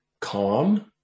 calm